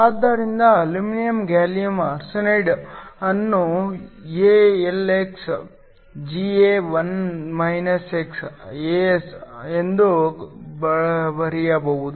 ಆದ್ದರಿಂದ aluminium gallium arsenide ಅನ್ನು AlxGa1 xAs ಎಂದು ಬರೆಯಬಹುದು